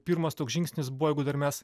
pirmas toks žingsnis buvo jeigu dar mes